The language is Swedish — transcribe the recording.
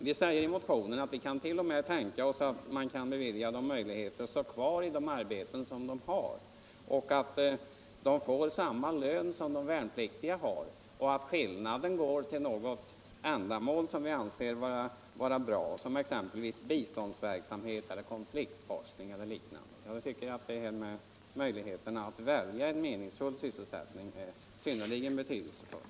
Vi säger i motionen att vi t.o.m. kan tänka oss möjligheten att låta dem vara kvar i de arbeten som de har och få samma lön som de värnpliktiga har. Mellanskilinaden skulle då kunna gå till ändamål som anses bra, exempelvis biståndsverksamhet eller konfliktforskning. Möjligheten till en meningsfull sysselsättning är synnerligen betydelsefull.